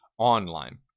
Online